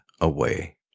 away